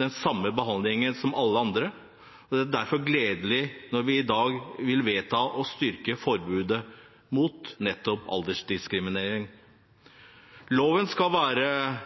den samme behandlingen som alle andre. Det er derfor gledelig når vi i dag vil vedta å styrke forbudet mot nettopp aldersdiskriminering. Loven skal være